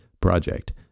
project